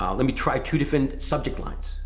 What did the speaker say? um let me try two different subject lines,